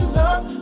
love